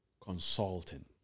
consulting